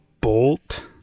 Bolt